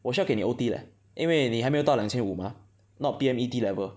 我需要给你 O_T leh 因为你还没有到两千五 mah not P_M_E_T level